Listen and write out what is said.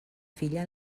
filla